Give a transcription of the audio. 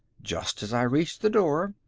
just as i reached the door,